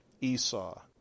esau